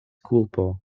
kulpo